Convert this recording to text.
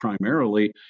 primarily